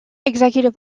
executive